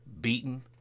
beaten